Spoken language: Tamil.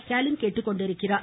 ஸ்டாலின் கேட்டுக்கொண்டுள்ளார்